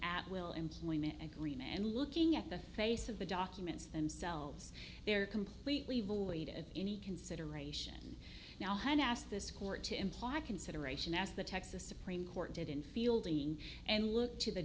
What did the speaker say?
at will employment agreement and looking at the face of the documents themselves they're completely void of any consideration now when i ask this court to imply consideration as the texas supreme court did in fielding and look to the